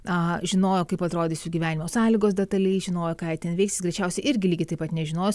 a žinojo kaip atrodys gyvenimo sąlygos detaliai žinojo ką jie ten veiks jis greičiausiai irgi lygiai taip pat nežinojo